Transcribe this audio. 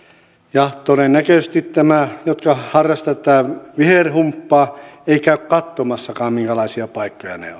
ja todennäköisesti nämä jotka harrastavat tätä viherhumppaa eivät käy katsomassakaan minkälaisia paikkoja ne